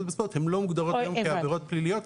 בספורט הן לא מוגדרות היום כעבירות פליליות.